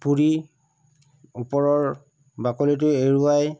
পুৰি ওপৰৰ বাকলিটো এৰুৱাই